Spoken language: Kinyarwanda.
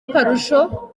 akarusho